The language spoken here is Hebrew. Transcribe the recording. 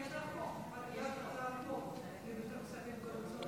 יש לך הצעת חוק שאוסרת כספים קואליציוניים.